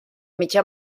mitja